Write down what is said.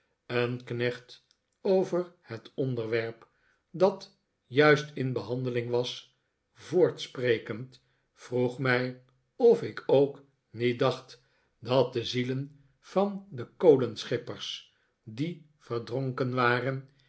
een knecht over het onderwerp dat juist in behandeling was voortsprekend vroeg mij of ik ook niet dacht dat de zielen van de kolenschippers die verdronken waren